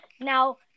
Now